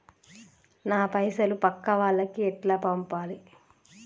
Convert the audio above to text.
నా పైసలు పక్కా వాళ్లకి ఎట్లా పంపాలి?